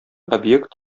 объект